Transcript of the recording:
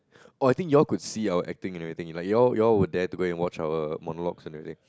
orh I think y'all could see our acting and everything like y'all y'all were there to go and watch our monologues and everything